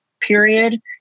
period